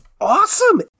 awesome